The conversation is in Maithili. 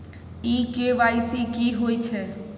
इ के.वाई.सी की होय छै?